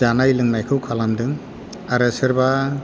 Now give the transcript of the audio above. जानाय लोंनायखौ खालामदों आरो सोरबा